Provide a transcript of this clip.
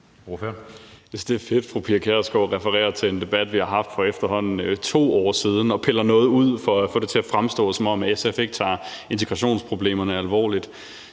synes, det er fedt, at fru Pia Kjærsgaard refererer til en debat, vi har haft for efterhånden 2 år siden, og piller noget ud for at få det til at fremstå, som om SF ikke tager integrationsproblemerne alvorligt.